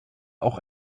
auch